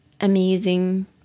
amazing